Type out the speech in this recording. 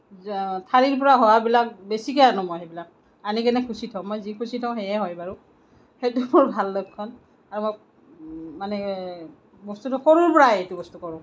ঠাৰিৰ পৰা হোৱাবিলাক বেছিকৈ আনোঁ সেইবিলাক আনি কেনে খুচি থওঁ মই যি খুচি থওঁ সেয়ে হয় বাৰু সেইটো মোৰ ভাল লক্ষণ আৰু মানে বস্তুটো সৰুৰ পৰাই এইটো বস্তু কৰোঁ